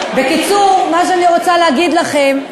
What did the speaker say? בקיצור, מה שאני רוצה להגיד לכם,